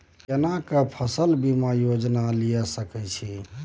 केना के फसल बीमा योजना लीए सके छी?